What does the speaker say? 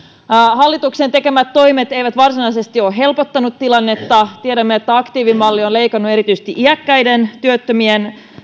hallituksen tekemät toimet eivät ole varsinaisesti helpottaneet tilannetta tiedämme että aktiivimalli on leikannut erityisesti iäkkäiden työttömien